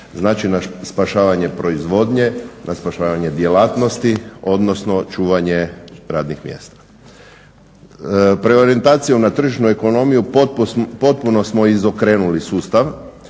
znači na spašavanje proizvodnje, na spašavanje djelatnosti odnosno čuvanje radnih mjesta. Preorijentacijom na tržišnu ekonomiju potpuno smo izokrenuli sustav,